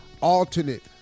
alternate